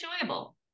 enjoyable